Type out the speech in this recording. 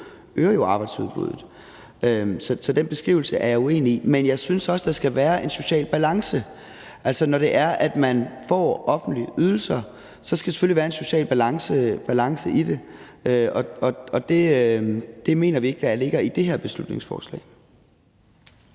øger jo arbejdsudbuddet. Så den beskrivelse er jeg uenig i. Men jeg synes også, der skal være en social balance. Altså, når det er, at man får offentlige ydelser, skal der selvfølgelig være en social balance i det, og det mener vi ikke der ligger i det her beslutningsforslag.